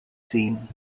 scene